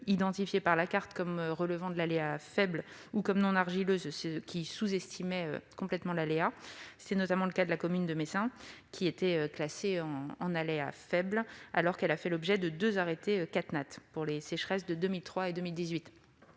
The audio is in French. identifiées par la carte comme relevant de l'aléa faible ou comme non argileuses, entraînant une sous-estimation de l'aléa. C'était notamment le cas de la commune de Metzing, quiétait classée en zone d'aléa faible alors qu'elle a fait l'objet de deux arrêtés CatNat pour les sécheresses de 2003 et 2018.